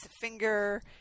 finger